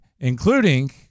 including